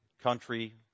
country